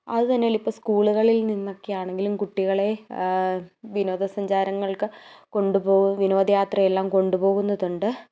അതു തന്നെയല്ല ഇപ്പോൾ സ്കൂളുകളിൽ നിന്നൊക്കെ ആണെങ്കിലും കുട്ടികളെ വിനോദ സഞ്ചാരങ്ങൾക്ക് കൊണ്ടു പോകുന്ന വിനോദയാത്രയെല്ലാം കൊണ്ടു പോകുന്നതുണ്ട്